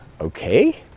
okay